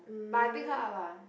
but I pick her up ah